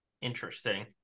interesting